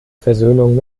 versöhnung